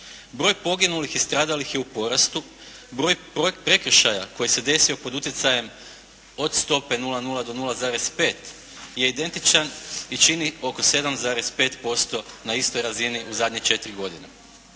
Broj poginulih i stradalih je u porastu. Broj prekršaja koji se desio pod utjecajem do stope 0,0 do 0,5 je identičan i čini oko 7,5% na istoj razini u zadnje četiri godine.